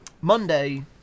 Monday